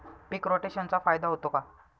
पीक रोटेशनचा फायदा होतो का?